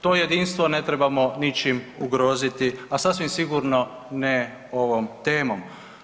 To jedinstvo ne trebamo ničim ugroziti, a sasvim sigurno ne ovom temom.